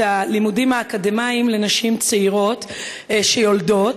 הלימודים האקדמיים לנשים צעירות שיולדות,